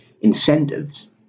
incentives